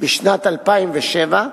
בשנת 2007,